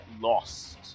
lost